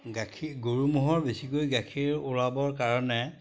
গাখীৰ গৰু ম'হৰ বেছিকৈ গাখীৰ ওলাবৰ কাৰণে